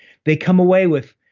they come away with,